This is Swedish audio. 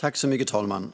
Fru talman!